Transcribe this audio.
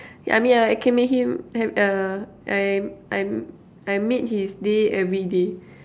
ya I mean I can make him have err I I I made his day everyday